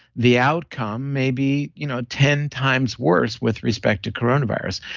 the outcome may be you know ten times worse with respect to coronavirus.